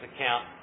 account